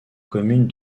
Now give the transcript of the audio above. commune